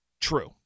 true